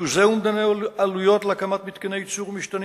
ריכוז אומדני עלויות להקמת מתקני ייצור ומשתנים